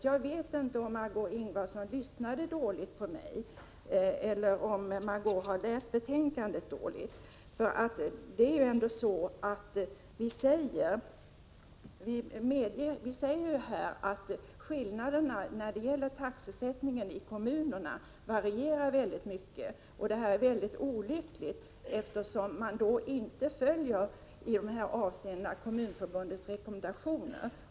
Jag vet inte om Margö Ingvardsson lyssnade dåligt på mig eller om hon har läst betänkandet dåligt. I betänkandet har vi nämligen uttalat att taxesättningen varierar mycket mellan kommunerna, vilket är olyckligt. Detta betyder att kommunerna i dessa avseenden inte följer Kommunförbundets rekommendationer.